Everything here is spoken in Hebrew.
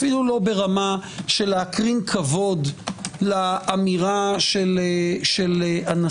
אפילו לא ברמה של להקרין כבוד לאמירה של הנשיא.